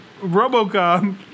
RoboCop